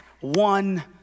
one